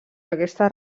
aquesta